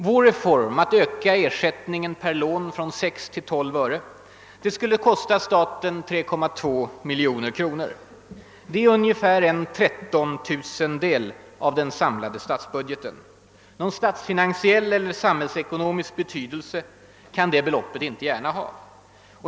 Vårt reformförslag att öka ersättningen per lån från 6 till 12 öre skulle kosta staten 3,2 miljoner kronor. Det är ungefär 1/3 ooo-del av den samlade statsbudgeten. Någon statsfinansiell eller samhällsekonomisk betydelse kan det beloppet inte gärna ha.